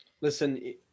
Listen